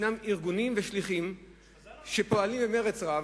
ישנם ארגונים ושליחים שפועלים במרץ רב,